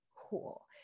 cool